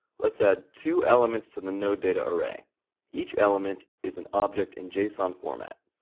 let's add two elements to the nodedataarray. each element is an object in json format.